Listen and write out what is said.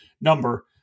number